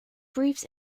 briefs